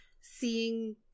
Seeing